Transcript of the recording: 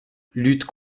lutte